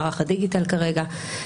מערך הדיגיטל כרגע,